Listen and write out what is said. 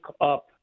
up